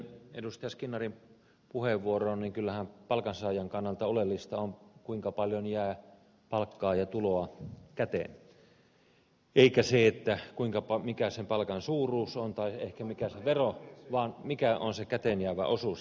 skinnarin puheenvuoroon kyllähän palkansaajan kannalta oleellista on kuinka paljon jää palkkaa ja tuloa käteen eikä se mikä sen palkan suuruus on tai mikä ehkä se vero on vaan se mikä on se käteen jäävä osuus